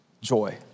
joy